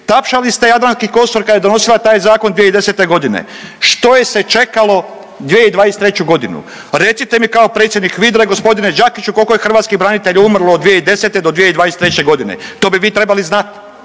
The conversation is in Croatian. Tapšali ste Jadranki Kosor kad je donosila taj zakon 2010. godine. Što je se čekalo 2023. godinu recite mi kao predsjednik HVIDRE gospodine Đakiću koliko je hrvatskih branitelja umrlo od 2010. do 2023. godine? To bi vi trebali znati.